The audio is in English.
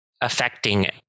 affecting